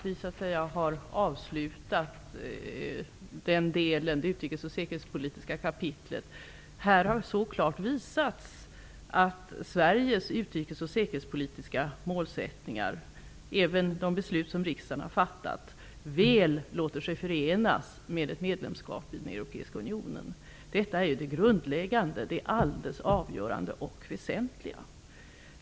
Vi har avslutat det säkerhets och utrikespolitiska kapitlet och har så klart visat Sveriges utrikespolitiska och säkerhetspolitiska målsättningar. De låter sig väl förenas med ett medlemskap i den europeiska unionen. Detta är ju det grundläggande, det alldeles avgörande och väsentliga.